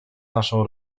naszą